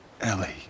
Ellie